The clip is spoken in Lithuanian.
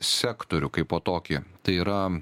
sektorių kaipo tokį tai yra